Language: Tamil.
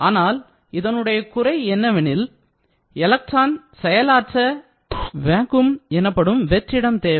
ஆனால் இதனுடைய குறை என்னவெனில் எலக்ட்ரான் செயலாற்ற வேக்கும் எனப்படும் வெற்றிடம் தேவை